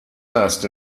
nest